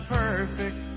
perfect